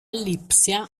lipsia